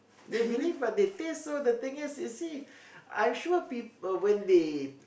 they believe what they taste so the thing is you see I am sure people when they